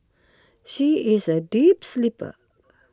she is a deep sleeper